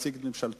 הציג את ממשלתו,